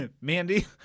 Mandy